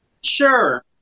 Sure